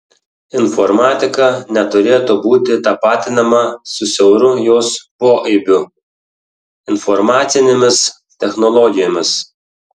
informatika neturėtų būti tapatinama su siauru jos poaibiu informacinėmis technologijomis